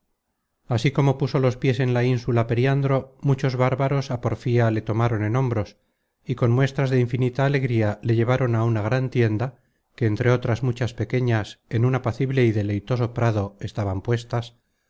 así como puso los piés en la insula periandro muchos bárbaros á porfía le tomaron en hombros y con muestras de infinita alegría le llevaron á una gran tienda que entre otras muchas pequeñas en un apacible y deleitoso prado estaban puestas